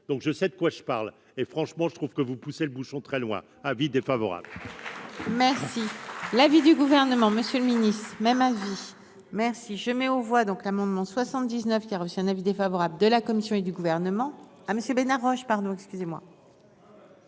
donc je sais de quoi je parle, et franchement je trouve que vous poussez le bouchon très loin : avis défavorable. Merci l'avis du gouvernement, Monsieur le Ministre, même avis. Merci, je mets aux voix donc l'amendement 79 qui a reçu un avis défavorable de la commission et du gouvernement ah Monsieur Bénard Roche, pardon, excusez-moi.